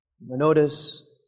Notice